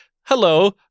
hello